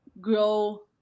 grow